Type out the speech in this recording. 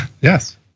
Yes